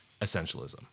essentialism